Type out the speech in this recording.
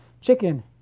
chicken